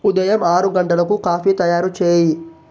ఉదయం ఆరు గంటలకు కాఫీ తయారు చేయి